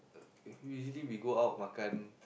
we we usually we go out makan